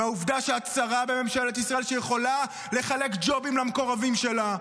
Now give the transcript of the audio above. מהעובדה שאת שרה בממשלת ישראל שיכולה לחלק ג'ובים למקורבים שלה.